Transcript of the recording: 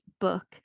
book